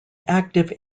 active